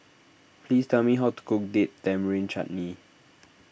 please tell me how to cook Date Tamarind Chutney